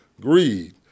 Greed